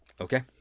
okay